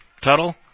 Tuttle